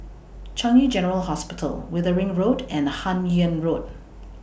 Changi General Hospital Wittering Road and Hun Yeang Road